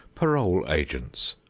parole agents,